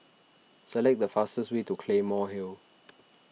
select the fastest way to Claymore Hill